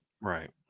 Right